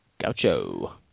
Gaucho